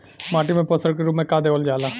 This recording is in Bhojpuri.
माटी में पोषण के रूप में का देवल जाला?